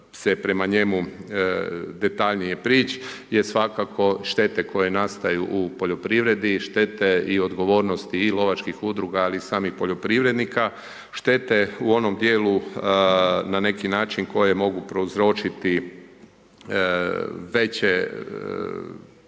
se prema njemu detaljnije prići je svakako štete koje nastaju u poljoprivredi, štete i odgovornosti i lovačkih udruga, ali i samih poljoprivrednika, štete u onom dijelu na neki način, koje mogu prouzročiti veće